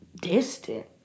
distant